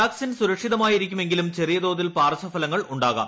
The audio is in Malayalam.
വാക്സിൻ സുരക്ഷിതമായിരിക്കുമെങ്കിലും ചെറിയ തോതിൽ പാർശ്വഫലങ്ങൾ ഉണ്ടാകാം